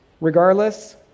regardless